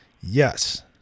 Yes